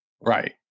Right